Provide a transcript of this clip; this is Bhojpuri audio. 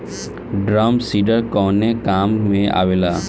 ड्रम सीडर कवने काम में आवेला?